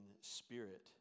spirit